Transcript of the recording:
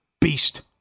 Beast